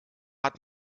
hat